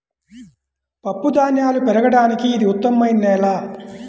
పప్పుధాన్యాలు పెరగడానికి ఇది ఉత్తమమైన నేల